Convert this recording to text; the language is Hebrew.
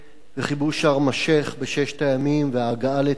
וכיבוש שארם-א-שיח' בששת הימים וההגעה לתעלת סואץ.